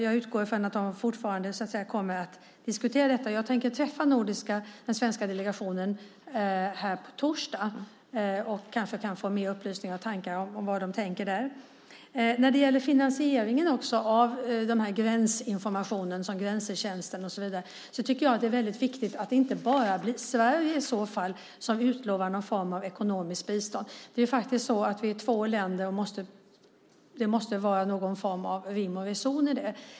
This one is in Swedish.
Jag utgår från att de fortfarande kommer att diskutera detta. Jag ska träffa den svenska delegationen på torsdag. Då kan jag kanske få fler tankar och upplysningar om vad de tänker. När det gäller finansieringen av gränsinformationen, som Grensetjänsten och så vidare, är det viktigt att det inte bara blir Sverige som utlovar någon form av ekonomiskt bistånd. Vi är två länder, och det måste vara rim och reson i det.